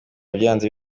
byanze